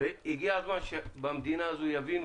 הגיע הזמן שבמדינה הזו יבינו